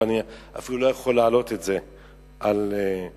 אבל אני אפילו לא יכול להעלות את זה על שפתי,